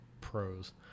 pros